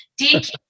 DQ